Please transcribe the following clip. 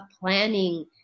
planning